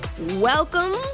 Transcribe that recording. Welcome